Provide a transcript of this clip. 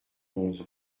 onze